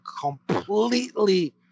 completely